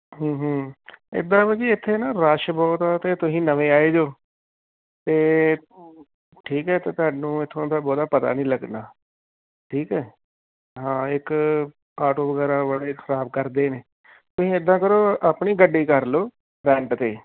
ਇੱਦਾਂ ਭਾਅ ਜੀ ਇੱਥੇ ਨਾ ਰਸ਼ ਬਹੁਤ ਆ ਅਤੇ ਤੁਸੀਂ ਨਵੇਂ ਆਏ ਜੋ ਅਤੇ ਠੀਕ ਹੈ ਤਾਂ ਤੁਹਾਨੂੰ ਇੱਥੋਂ ਦਾ ਬਹੁਤਾ ਪਤਾ ਨਹੀਂ ਲੱਗਣਾ ਠੀਕ ਹੈ ਹਾਂ ਇੱਕ ਆਟੋ ਵਗੈਰਾ ਵਾਲੇ ਖ਼ਰਾਬ ਕਰਦੇ ਨੇ ਤੁਸੀਂ ਇੱਦਾਂ ਕਰੋ ਆਪਣੀ ਗੱਡੀ ਕਰ ਲਉ ਰੈਂਟ 'ਤੇ